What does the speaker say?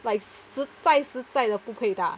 like 实在实在的不可以大